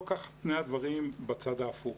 לא כך הם פני הדברים בצד ההפוך,